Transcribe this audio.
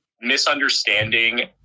misunderstanding